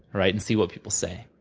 right? and see what people say,